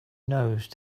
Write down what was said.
nose